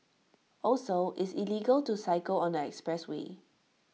also it's illegal to cycle on the expressway